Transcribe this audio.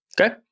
Okay